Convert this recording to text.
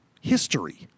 history